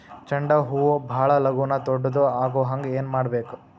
ಚಂಡ ಹೂ ಭಾಳ ಲಗೂನ ದೊಡ್ಡದು ಆಗುಹಂಗ್ ಏನ್ ಮಾಡ್ಬೇಕು?